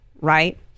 right